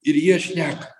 ir jie šneka